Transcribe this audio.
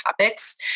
topics